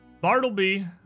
Bartleby